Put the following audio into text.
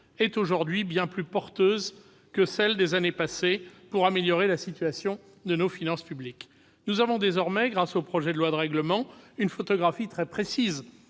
est aujourd'hui bien plus porteuse que celle des années passées pour améliorer la situation de nos finances publiques. Nous disposons désormais, grâce au projet de loi de règlement, d'une photographie très précise